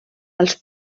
els